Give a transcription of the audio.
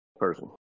person